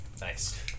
Nice